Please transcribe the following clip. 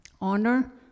Honor